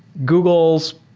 google's